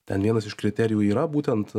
ten vienas iš kriterijų yra būtent